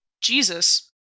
Jesus